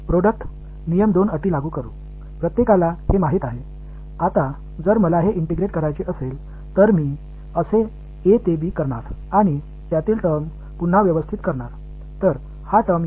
product ரூலை இங்கே இரண்டு வெளிப்பாடுகளுக்கு பயன்படுத்துகிறீர்கள் இது அனைவருக்கும் தெரியும்